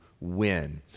win